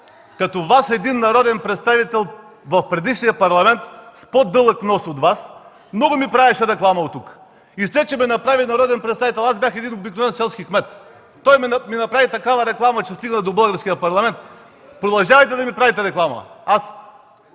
Като Вас, друг народен представител в предишния Парламент с по-дълъг нос от Вас, много ми правеше реклама оттук. Взе, че ме направи народен представител, а аз бях един обикновен селски кмет. Той ми направи такава реклама, че стигнах до българския парламент. Продължавайте да ми правите реклама! Аз